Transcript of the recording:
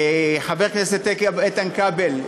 חבר הכנסת איתן כבל,